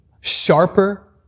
sharper